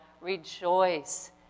Rejoice